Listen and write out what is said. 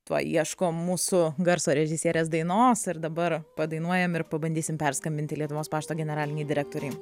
tuoj ieško mūsų garso režisierės dainos ir dabar padainuojam ir pabandysim perskambinti lietuvos pašto generalinei direktorei